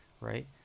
right